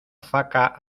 faca